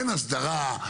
אין הסדרה,